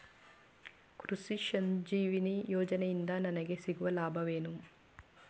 ಕೃಷಿ ಸಂಜೀವಿನಿ ಯೋಜನೆಯಿಂದ ನನಗೆ ಸಿಗುವ ಲಾಭವೇನು?